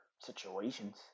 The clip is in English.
situations